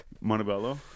montebello